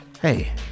hey